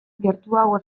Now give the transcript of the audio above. gertuago